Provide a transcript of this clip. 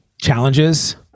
challenges